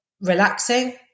relaxing